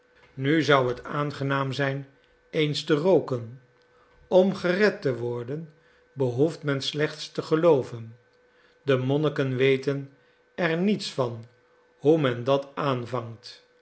nu zou het aangenaam zijn eens te rooken om gered te worden behoeft men slechts te gelooven de monniken weten er niets van hoe men dat aanvangt